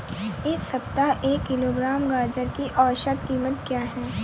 इस सप्ताह एक किलोग्राम गाजर की औसत कीमत क्या है?